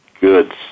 good